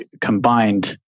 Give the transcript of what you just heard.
combined